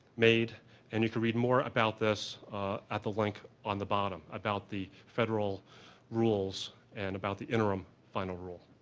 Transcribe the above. made and you can read more about this at the link on the bottom about the federal rules and about the interim final rule.